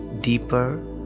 Deeper